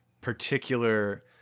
particular